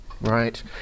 right